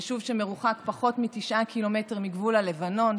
יישוב שמרוחק פחות מ-9 ק"מ מגבול הלבנון.